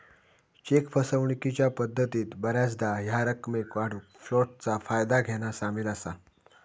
check फसवणूकीच्या पद्धतीत बऱ्याचदा ह्या रकमेक काढूक फ्लोटचा फायदा घेना सामील असा